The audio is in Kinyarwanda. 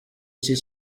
iki